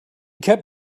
kept